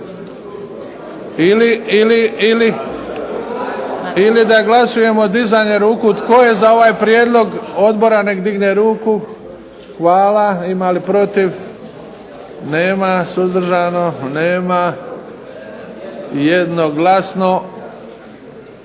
Ili da glasujemo dizanjem ruku. Tko je za ovaj prijedlog odbora nek' digne ruku? Hvala. Ima li protiv? Nema. Suzdržano? Nema. Jednoglasno